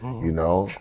you know.